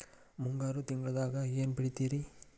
ಮುಂಗಾರು ತಿಂಗಳದಾಗ ಏನ್ ಬೆಳಿತಿರಿ?